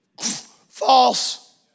False